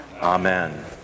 Amen